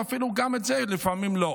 ולפעמים אפילו גם זה לא?